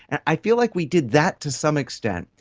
and i feel like we did that to some extent.